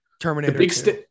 terminator